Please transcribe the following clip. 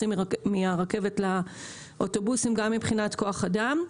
הנוסעים מהרכבת לאוטובוסים גם מבחינת כוח אדם,